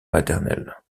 maternelle